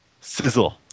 Sizzle